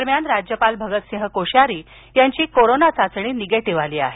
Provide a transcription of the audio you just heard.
दरम्यान राज्यपाल भगतसिंह कोश्यारी यांची कोरोना चाचणी निगेटिव्ह आली आहे